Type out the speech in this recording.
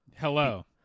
Hello